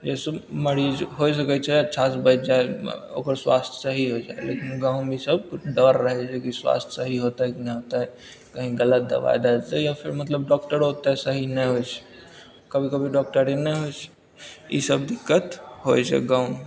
जैसे मरीज होइ सकय छै अच्छा से बइच जाइ ओकर स्वास्थय सही होइ जाइ लेकिन गाँवमे ईसब डर रहैत छै कि स्वास्थय सही होयते कि नहि होयतै कही गलत दबाइ दै देतै या फिर मतलब डॉक्टरो ओतेक सही नहि होइत छै कभी कभी डॉक्टरे नहि होइत छै ईसब दिक्कत होइत छै गाँवमे